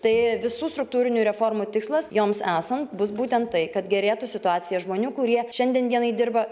tai visų struktūrinių reformų tikslas joms esan bus būtent tai kad gerėtų situacija žmonių kurie šiandien dienai dirba